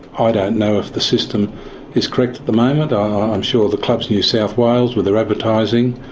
i don't know if the system is correct at the moment. um i'm sure the clubs new south wales, with their advertising,